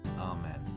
Amen